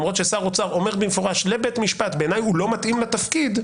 למרות ששר אוצר אומר במפורש לבית משפט: בעיניי הוא לא מתאים לתפקיד,